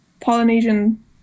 Polynesian